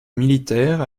militaire